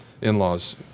in-laws